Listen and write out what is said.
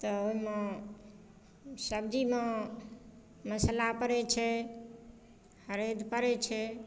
तऽ ओहिमे सब्जीमे मसाला पड़ैत छै हरदि पड़ैत छै